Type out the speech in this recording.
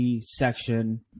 section